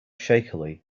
shakily